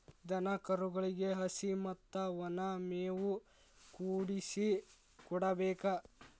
ದನಕರುಗಳಿಗೆ ಹಸಿ ಮತ್ತ ವನಾ ಮೇವು ಕೂಡಿಸಿ ಕೊಡಬೇಕ